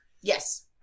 Yes